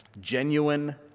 genuine